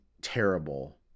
terrible